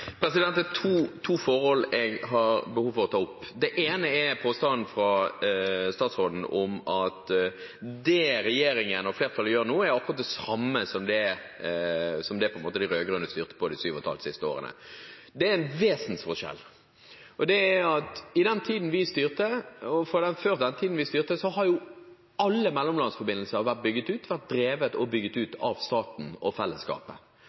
påstanden fra statsråden om at det regjeringen og flertallet gjør nå, er akkurat det samme som det de rød-grønne gjorde de siste syv og et halvt årene. Det er en vesensforskjell, og det er at før og i den tiden vi styrte, hadde alle mellomlandsforbindelser vært drevet og bygget ut av staten og fellesskapet. Så dukket det opp kabelforslag drevet fram av private aktører, og